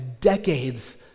decades